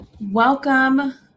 welcome